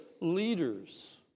leaders